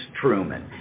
Truman